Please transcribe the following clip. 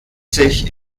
sich